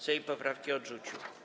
Sejm poprawkę odrzucił.